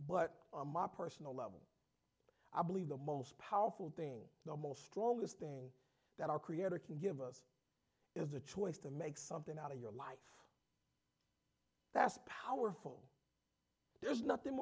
but my personal level i believe the most powerful thing the most strongest thing that our creator can give us is a choice to make something out of your life that's powerful there's nothing